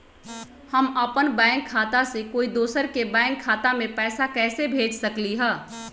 हम अपन बैंक खाता से कोई दोसर के बैंक खाता में पैसा कैसे भेज सकली ह?